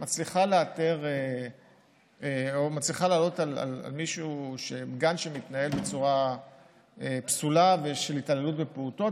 מצליחה לעלות על מישהו או על גן שמתנהל בצורה פסולה של התעללות בפעוטות,